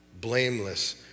blameless